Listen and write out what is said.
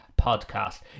podcast